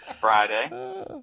Friday